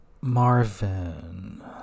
Marvin